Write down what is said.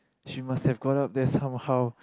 she must have gone up there some how